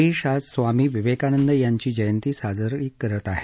देश आज स्वामी विवेकानंद यांची जयंती साजरी करत आहे